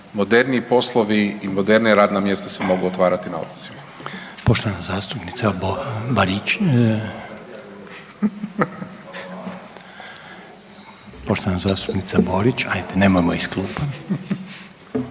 moderniji poslovi i modernija radna mjesta se mogu otvarati na otocima. **Reiner, Željko (HDZ)** Poštovana zastupnica Borić, ajde nemojmo iz klupa.